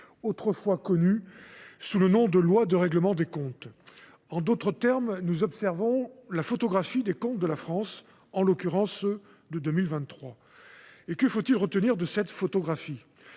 autrefois connue sous le nom de loi de règlement des comptes. En d’autres termes, nous observons la photographie des comptes de la France, en l’occurrence ceux de 2023. Que faut il retenir de cette photographie ?